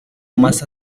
más